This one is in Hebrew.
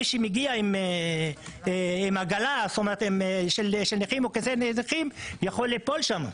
מי שמגיע עם עגלה של נכים יכול ליפול שם.